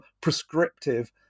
prescriptive